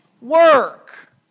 work